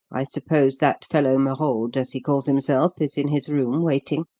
i suppose that fellow merode, as he calls himself, is in his room, waiting?